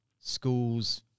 schools